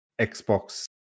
Xbox